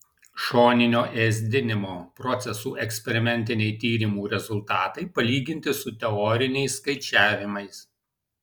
šoninio ėsdinimo procesų eksperimentiniai tyrimų rezultatai palyginti su teoriniais skaičiavimais